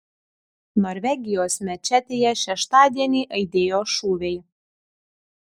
norvegijos mečetėje šeštadienį aidėjo šūviai